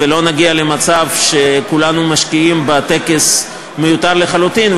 ולא נגיע למצב שכולנו משקיעים בטקס מיותר לחלוטין,